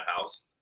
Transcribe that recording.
house